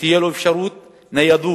שתהיה לו אפשרות של ניידות,